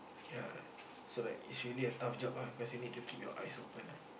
ya so like it's really a tough job ah because you need to like keep your eyes open ah